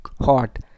hot